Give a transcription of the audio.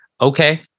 okay